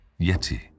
Yeti